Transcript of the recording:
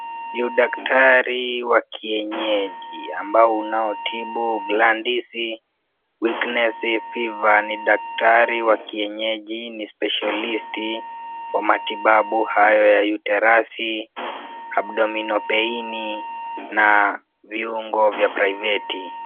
Ni udaktari wa kienyeji ambao unaotibu glandis weakness fever . Ni daktari wa kienyeji ni speshialisti kwa matibabu hayo ya uterusi, abdominal paini na viungo vya priveti .